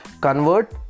convert